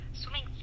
Swimming